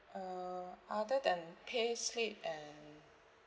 uh other than pay slip and